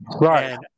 Right